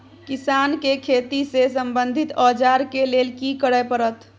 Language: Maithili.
किसान के खेती से संबंधित औजार के लेल की करय परत?